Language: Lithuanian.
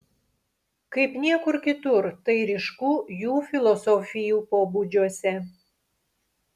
kaip niekur kitur tai ryšku jų filosofijų pobūdžiuose